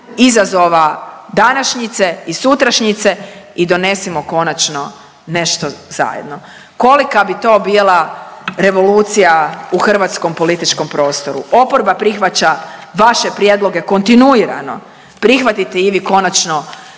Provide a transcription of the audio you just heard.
izazova današnjice i sutrašnjice i donesimo konačno nešto zajedno. Kolika bi to bila revolucija u hrvatskom političkom prostoru. Oporba prihvaća vaše prijedloge kontinuirano, prihvatite i vi konačno